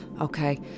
Okay